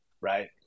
Right